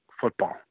football